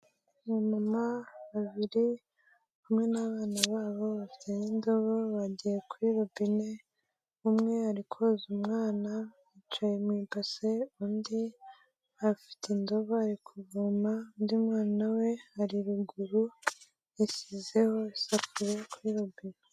Aba mama babiri hamwe n'abana babo bafitanye indobo bagiye kuri robine umwe ari koza umwana yicaye mu ibase, undi afite indobo ari kuvoma undi mwana we ari ruguru yashyizeho isafuriya kuri robene.